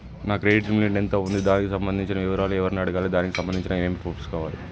నా credit limit ఎంత ఉంది? దానికి సంబంధించిన వివరాలు ఎవరిని అడగాలి? దానికి సంబంధించిన ఏమేం ప్రూఫ్స్ కావాలి?